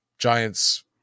Giants